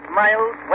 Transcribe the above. miles